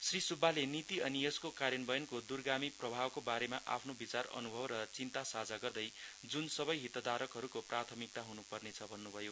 श्री सुब्बाले नीति अनि यसको कार्यान्वयनको दुरगामी प्रभावको बारेमा आफ्नो विचार अनुभव र चिन्ता साझा गर्दै जुन सबै हितधारकहरूको प्राथमिकता हुनुपर्नेछ भन्नुभयो